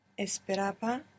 Esperaba